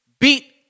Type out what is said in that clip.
beat